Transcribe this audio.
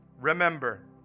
Remember